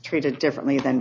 treated differently th